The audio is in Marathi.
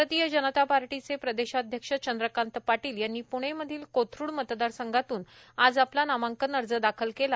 भारतीय जनता पक्षाचे प्रदेशाध्यक्ष चंद्रकांत पाटील यांनी पुणे मधील कोथरूड मतदारसंघातून आज आपला नामांकन दाखल केला